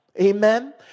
Amen